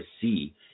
see